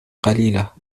قليلة